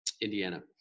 Indiana